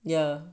yeah